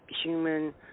human